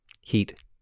Heat